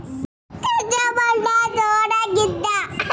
మాకు లోన్ కావడానికి ఏమేం పేపర్లు కావాలి ఎలాంటి పేపర్లు లేకుండా లోన్ ఇస్తరా?